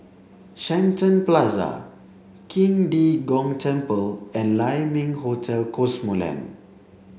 Shenton Plaza King De Gong Temple and Lai Ming Hotel Cosmoland